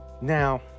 Now